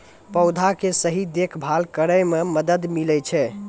पौधा के सही देखभाल करै म मदद मिलै छै